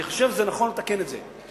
אני חושב שנכון לתקן את זה.